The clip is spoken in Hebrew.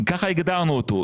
כך הגדרנו אותו.